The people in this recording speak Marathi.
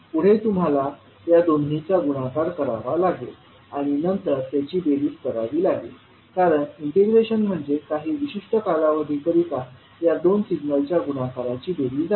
पुढे तुम्हाला या दोन्हीचा गुणाकार करावा लागेल आणि नंतर त्यांची बेरीज करावी लागेल कारण इंटिग्रेशन म्हणजे काही विशिष्ट कालावधीकरिता या दोन सिग्नलच्या गुणाकाराची बेरीज आहे